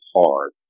hard